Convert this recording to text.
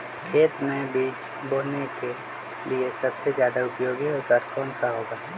खेत मै बीज बोने के लिए सबसे ज्यादा उपयोगी औजार कौन सा होगा?